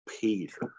Peter